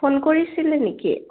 phone কৰিছিলে নেকি